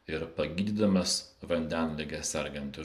ir pagydydamas vandenlige sergantį